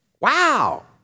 Wow